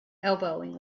elbowing